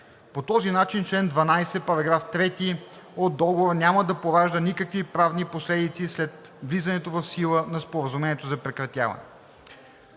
По този начин член 12, параграф 3 от Договора няма да поражда никакви правни последици след влизането в сила на Споразумението за прекратяване.